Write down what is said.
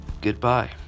Goodbye